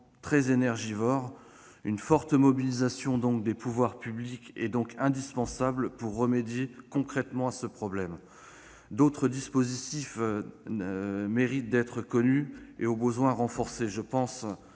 très énergivores. Une forte mobilisation des pouvoirs publics est donc indispensable pour remédier concrètement à ce problème. D'autres dispositifs méritent d'être connus et, au besoin, renforcés. Je pense